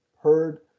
heard